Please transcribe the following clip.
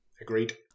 Agreed